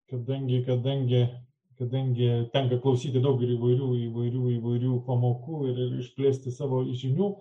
kadangi kadangi kadangi tenka klausyti daug ir įvairių įvairių įvairių pamokų ir išplėsti savo žinių